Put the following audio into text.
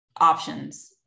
options